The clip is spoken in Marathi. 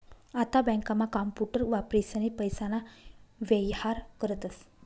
आता बँकांमा कांपूटर वापरीसनी पैसाना व्येहार करतस